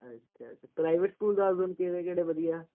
ਅੱਛਾ private school ਦਾ ਕਿਹੜੇ ਕਿਹੜੇ ਵਧੀਆ